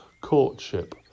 courtship